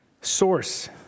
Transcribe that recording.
source